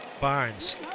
Barnes